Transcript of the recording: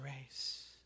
race